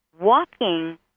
walking